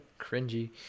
cringy